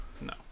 No